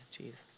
Jesus